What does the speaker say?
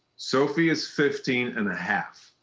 sophie is fifteen and a half.